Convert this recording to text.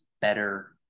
better